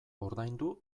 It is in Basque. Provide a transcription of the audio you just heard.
ordaindu